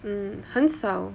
mm 很少